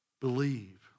Believe